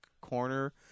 corner